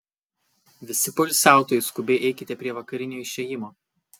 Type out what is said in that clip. visi poilsiautojai skubiai eikite prie vakarinio išėjimo